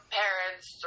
parents